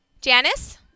Janice